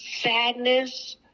sadness